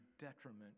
detriment